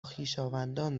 خویشاوندان